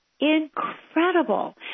incredible